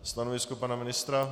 Stanovisko pana ministra?